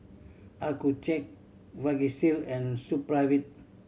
Accucheck Vagisil and Supravit